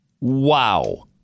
Wow